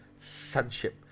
sonship